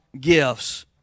gifts